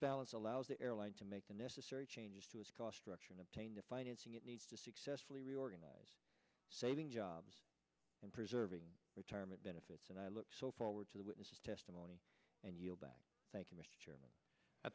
balance allows the airline to make the necessary changes to its cost structure and obtain the financing it needs to successfully reorganize saving jobs and preserving retirement benefits and i look forward to the witness's testimony and yield back thank you m